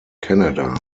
canada